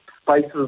spices